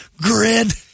grid